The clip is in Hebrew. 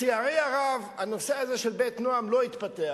לצערי הרב, הנושא הזה של "בית נועם" לא התפתח,